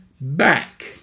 back